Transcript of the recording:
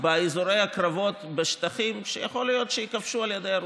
באזורי הקרבות בשטחים שיכול להיות שייכבשו על ידי הרוסים?